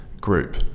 group